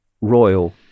royal